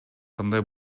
кандай